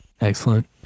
excellent